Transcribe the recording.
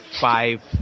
five